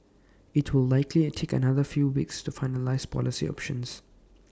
IT will likely take another few weeks to finalise policy options